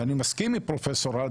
ואני מסכים עם פרופסור ערד,